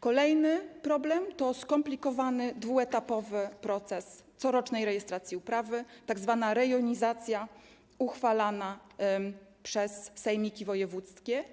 Kolejny problem to skomplikowany dwuetapowy proces corocznej rejestracji uprawy, tzw. rejonizacja uchwalana przez sejmiki wojewódzkie,